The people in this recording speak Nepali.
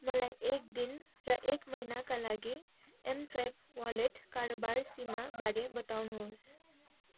मलाई एक दिन र एक महिनाका लागि एमस्वाइप वालेट कारोबार सीमा बारे बताउनुस्